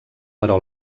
però